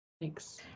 Thanks